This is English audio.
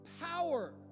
power